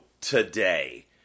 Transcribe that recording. today